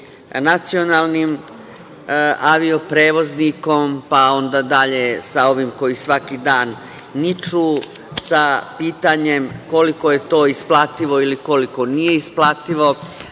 nacionalnim avio prevoznikom, pa onda dalje sa ovi koji svaki dan niču, sa pitanjem koliko je to isplativo ili koliko nije isplativo. Znate,